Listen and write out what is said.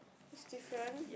it's different